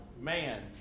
man